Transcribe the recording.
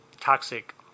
toxic